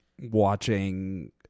watching